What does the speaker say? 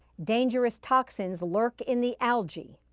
dangerous toxins lurk in the algae.